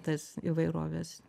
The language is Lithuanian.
tas įvairovės